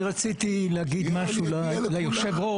אני רציתי להגיד משהו ליושב-הראש,